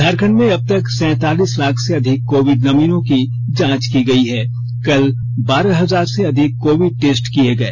झारखंड में अबतक सैंतालीस लाख से अधिक कोविड नमूनों की जांच की गई है कल बारह हजार से अधिक कोविड टेस्ट किए गए